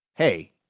hey